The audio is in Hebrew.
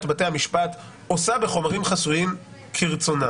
בתי המשפט עושה בחומרים חסויים כרצונה,